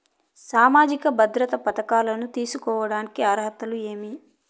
సామాజిక భద్రత పథకాలను తీసుకోడానికి అర్హతలు ఏమి?